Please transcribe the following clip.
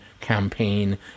campaign